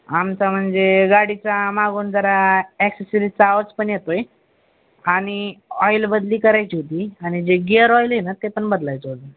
आमचा म्हणजे गाडीचा मागून जरा ॲक्सेसरीजचा आवाच पण येतो आहे आणि ऑईल बदली करायची होती आणि जे गिअर ऑइल आहे ना ते पण बदलायचं होतं